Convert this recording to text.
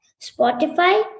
Spotify